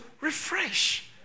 refresh